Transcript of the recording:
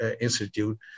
Institute